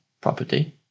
property